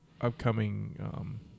upcoming